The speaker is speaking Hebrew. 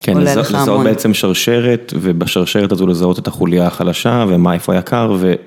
כן, לזהות בעצם שרשרת, ובשרשרת הזו לזהות את החוליה החלשה, ומה איפה היה קר, ו...